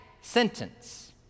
sentence